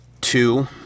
two